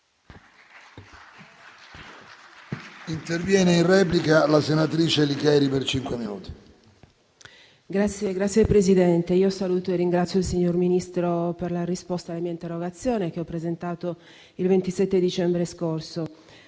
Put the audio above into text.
Signor Presidente, saluto e ringrazio il signor Ministro per la risposta all'interrogazione che ho presentato il 27 dicembre scorso.